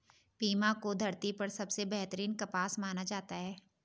Pima को धरती पर सबसे बेहतरीन कपास माना जाता है